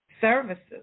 services